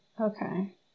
Okay